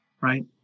right